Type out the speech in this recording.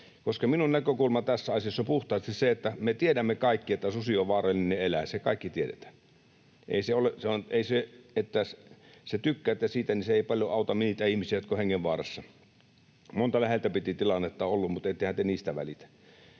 minun näkökulmani tässä asiassa on puhtaasti se, että me tiedämme kaikki, että susi on vaarallinen eläin. Se kaikki tiedetään. Ei se, että te tykkäätte siitä, paljon auta niitä ihmisiä, jotka ovat hengenvaarassa. Monta läheltä piti -tilannetta on ollut, mutta ettehän te niistä välitä.